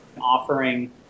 offering